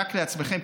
רק לעצמכם,